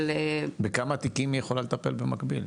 --- בכמה תיקים היא יכולה לטפל במקביל?